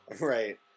Right